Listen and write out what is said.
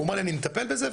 הוא אמר לי אני מטפל בזה,